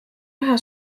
üha